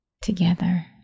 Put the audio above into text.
together